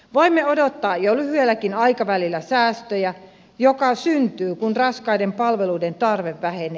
voimme odottaa jo lyhyelläkin aikavälillä säästöjä jotka syntyvät kun raskaiden palveluiden tarve vähenee